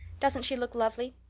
doesn't she look lovely?